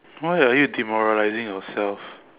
why are you demoralizing yourself